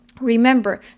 remember